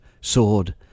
sword